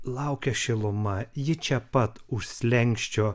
laukia šiluma ji čia pat už slenksčio